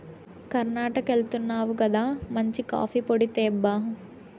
కర్ణాటకెళ్తున్నావు గదా మంచి కాఫీ పొడి తేబ్బా